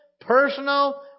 personal